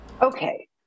Okay